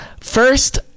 First